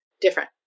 different